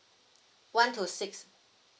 one to six